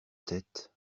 tête